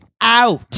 out